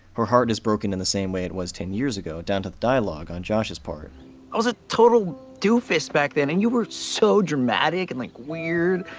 her heart is broken and the same way it was ten years ago, down to the dialogue on josh's part, i was a total doofus back then, and you were so dramatic and, like, weird.